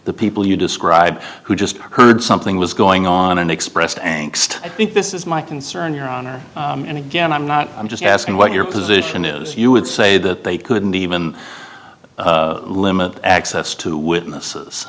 the people you describe who just heard something was going on and expressed and i think this is my concern your honor and again i'm not i'm just asking what your position is you would say that they couldn't even limit access to witnesses